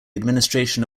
administration